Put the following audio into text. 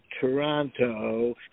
Toronto